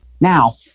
Now